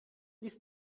ließ